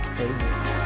amen